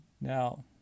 Now